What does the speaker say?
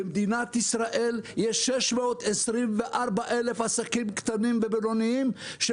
במדינת ישראל יש 624,000 עסקים קטנים ובינוניים,